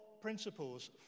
principles